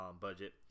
budget